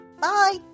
bye